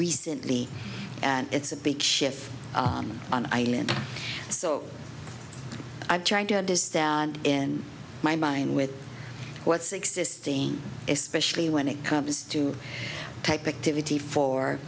recently and it's a big shift on an island so i'm trying to understand in my mind with what's existing especially when it comes to type activity for